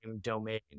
domain